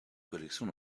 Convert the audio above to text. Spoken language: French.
collections